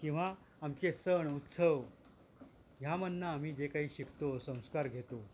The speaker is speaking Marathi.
किंवा आमचे सण उत्सव ह्यामधून आम्ही जे काही शिकतो संस्कार घेतो